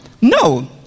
No